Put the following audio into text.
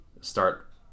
start